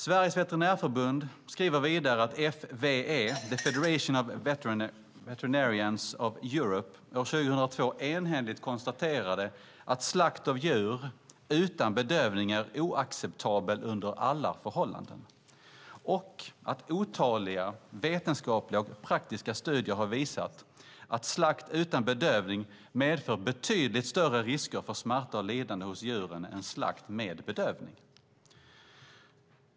Sveriges Veterinärförbund skriver vidare att FVE, The Federation of Veterinarians of Europe, år 2002 enhälligt konstaterade att "slakt av djur utan bedövning är oacceptabel under alla förhållanden" och att "otaliga vetenskapliga och praktiska studier har visat att slakt utan bedövning medför betydligt större risker för smärta och lidande hos djuren än slakt med bedövning".